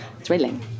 thrilling